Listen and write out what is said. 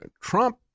Trump